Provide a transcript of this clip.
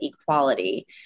Equality